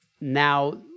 now